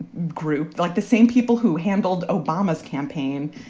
group, like the same people who handled obama's campaign,